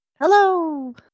Hello